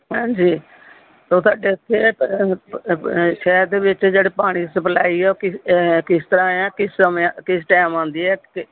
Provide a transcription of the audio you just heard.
ਹਾਂਜੀ ਉਹ ਸਾਡੇ ਇੱਥੇ ਸ਼ਹਿਰ ਦੇ ਵਿੱਚ ਜਿਹੜੇ ਪਾਣੀ ਦੀ ਸਪਲਾਈ ਆ ਉਹ ਕਿਸ ਕਿਸ ਤਰ੍ਹਾਂ ਹੈ ਕਿਸ ਸਮੇਂ ਕਿਸ ਟਾਈਮ ਆਉਂਦੀ ਹੈ ਅਤੇ